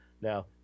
Now